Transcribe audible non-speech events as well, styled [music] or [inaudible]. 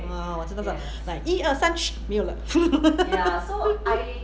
oh 我知道知道 like 一二三 [noise] 没有了 [laughs]